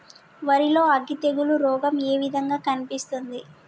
వరి లో అగ్గి తెగులు రోగం ఏ విధంగా కనిపిస్తుంది?